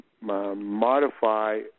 modify